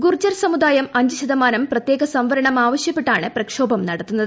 ഗുർജർ സമുദായം അഞ്ച് ശതമാനം പ്രത്യേക സംവരണം ആവശ്യപ്പെട്ടാണ് പ്രക്ഷോഭം നടത്തുന്നത്